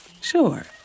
Sure